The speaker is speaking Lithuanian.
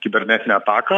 kibernetinę ataką